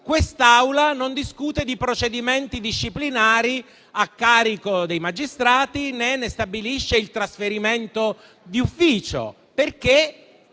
quest'Assemblea non discute di procedimenti disciplinari a carico dei magistrati, né ne stabilisce il trasferimento di ufficio, perché